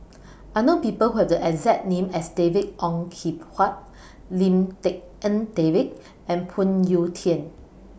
I know People Who Have The exact name as David Ong Kim Huat Lim Tik En David and Phoon Yew Tien